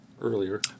earlier